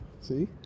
See